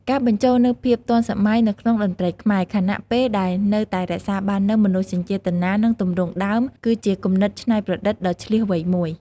ការបញ្ចូលនូវភាពទាន់សម័យទៅក្នុងតន្ត្រីខ្មែរ ខណៈពេលដែលនៅតែរក្សាបាននូវ មនោសញ្ចេតនា និងទម្រង់ដើម គឺជាគំនិតច្នៃប្រឌិតដ៏ឈ្លាសវៃមួយ។